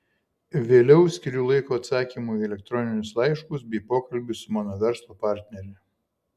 vėliau skiriu laiko atsakymui į elektroninius laiškus bei pokalbiui su mano verslo partnere